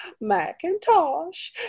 Macintosh